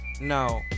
No